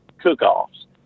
cook-offs